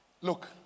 Look